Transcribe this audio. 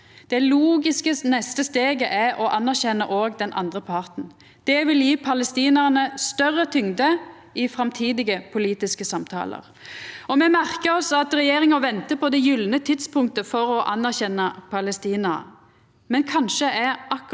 Det logiske neste steget er å anerkjenna òg den andre parten. Det vil gje palestinarane større tyngd i framtidige politiske samtalar. Me merkar oss at regjeringa ventar på det gylne tidspunktet for å anerkjenna Palestina – men kanskje er akkurat